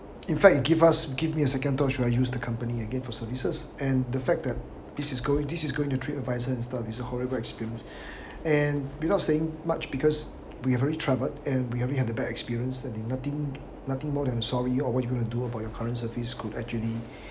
in fact if give us give me a second thought who are used to company again for services and the fact that this is going this is going to trip advisor and he's a horrible experience and without saying much because we are already traveled and we have you had a bad experience that the nothing nothing more than a sorry you are you going to do about your current service could actually